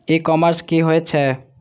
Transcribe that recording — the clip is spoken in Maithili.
ई कॉमर्स की होए छै?